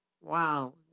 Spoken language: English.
Wow